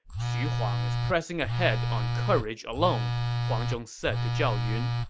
xu huang is pressing ahead on courage alone, huang zhong said to zhao yun.